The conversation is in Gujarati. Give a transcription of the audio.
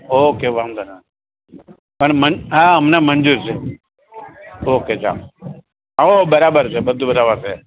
ઓકે વાંધો નહીં પણ મન હાં અમને મંજૂર છે ઓકે ચાલો સૌ બરાબર છે બધું બરાબર છે